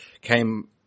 came